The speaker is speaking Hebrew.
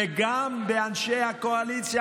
וגם באנשי הקואליציה,